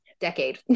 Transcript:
decade